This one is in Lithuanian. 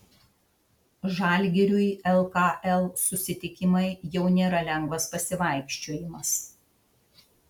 žalgiriui lkl susitikimai jau nėra lengvas pasivaikščiojimas